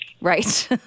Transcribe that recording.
Right